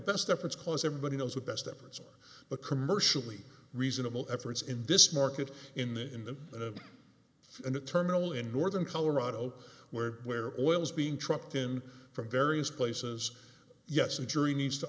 best efforts cause everybody knows what best efforts are a commercially reasonable efforts in this market in the in the senate and the terminal in northern colorado where where oil is being trucked in from various places yes a jury needs to